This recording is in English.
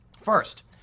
First